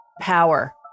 power